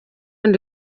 ndi